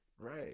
Right